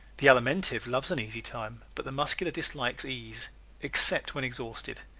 the alimentive loves an easy time but the muscular dislikes ease except when exhausted.